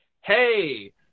hey